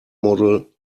model